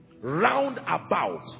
roundabout